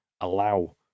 allow